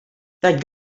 that